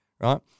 Right